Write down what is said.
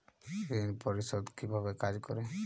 ঋণ পরিশোধ কিভাবে কাজ করে?